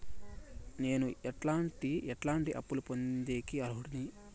నేను ఎట్లాంటి ఎట్లాంటి అప్పులు పొందేకి అర్హుడిని?